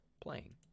playing